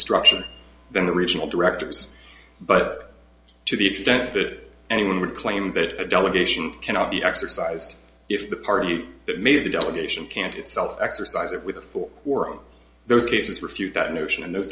structure than the regional directors but to the extent that anyone would claim that a delegation cannot be exercised if the party that made the delegation can't itself exercise it with all those cases refute that notion and those